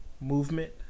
movement